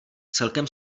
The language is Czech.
celkem